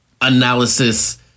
analysis